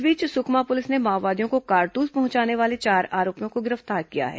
इस बीच सुकमा पुलिस ने माओवादियों को कारतूस पहुंचाने वाले चार आरोपियों को गिरफ्तार किया है